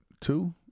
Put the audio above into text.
two